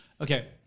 okay